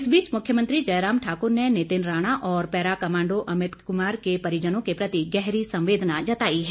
इस बीच मुख्यमंत्री जयराम ठाकुर ने नितिन राणा और पैराकमांडो अमित कुमार के परिजनों के प्रति गहरी संवेदना जताई है